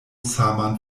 saman